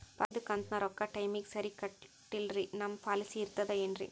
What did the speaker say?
ಪಾಲಿಸಿದು ಕಂತಿನ ರೊಕ್ಕ ಟೈಮಿಗ್ ಸರಿಗೆ ಕಟ್ಟಿಲ್ರಿ ನಮ್ ಪಾಲಿಸಿ ಇರ್ತದ ಏನ್ರಿ?